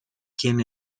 quién